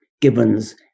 Gibbons